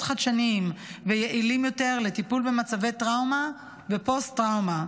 חדשניים ויעילים יותר לטיפול במצבי טראומה ופוסט-טראומה.